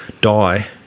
die